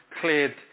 cleared